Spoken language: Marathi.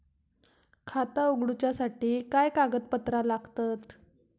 खाता उगडूच्यासाठी काय कागदपत्रा लागतत?